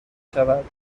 شود